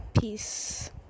peace